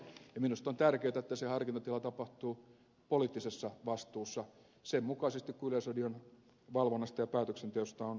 minusta on tärkeätä että se harkintatila tapahtuu poliittisessa vastuussa sen mukaisesti kuin yleisradion valvonnasta ja päätöksenteosta on säädetty